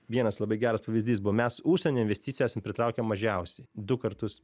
vienas labai geras pavyzdys buvo mes užsienio investicijas pritraukiam mažiausiai du kartus